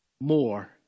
more